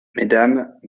mmes